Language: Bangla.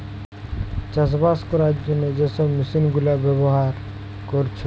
চাষবাস কোরার জন্যে যে সব মেশিন গুলা ব্যাভার কোরছে